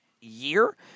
year